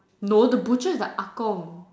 no the butcher is a ah Kong